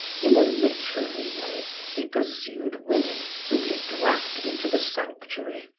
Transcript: in a literary way, he pursued women whom he dragged into the sanctuary.